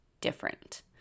different